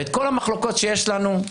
ואת כל המחלוקות שיש לנו,